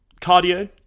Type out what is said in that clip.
cardio